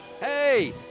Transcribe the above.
Hey